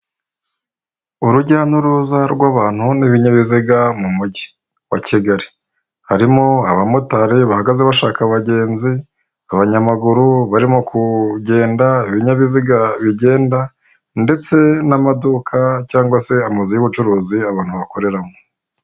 Urujya n'uruza rw'abantu n'ibinyabiziga mu mujyi wa Kigali, harimo abamotari bahagaze bashaka abagenzi, abanyamaguru barimo kugenda, ibinyabiziga bigenda, ndetse n'amaduka cyangwa se amazu y'ubucuruzi abantu bakoreramo.